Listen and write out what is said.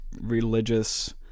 religious